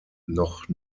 noch